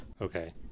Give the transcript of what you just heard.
Okay